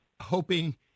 hoping